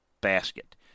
basket